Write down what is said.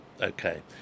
Okay